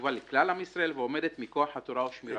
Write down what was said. שחשובה לכלל עם ישראל ועומדת מכוח התורה ושמירת השבת".